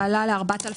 זה עלה ל-4,350.